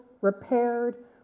repaired